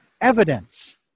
evidence